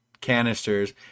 canisters